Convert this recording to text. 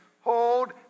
hold